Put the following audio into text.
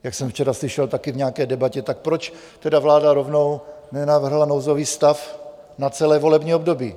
Jak jsem včera slyšel taky v nějaké debatě, tak proč teda vláda rovnou nenavrhla nouzový stav na celé volební období?